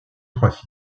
trois